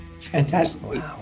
fantastically